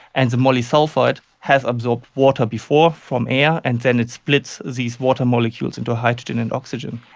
and the molysulfide has absorbed water before from air and then it splits these water molecules into hydrogen and oxygen.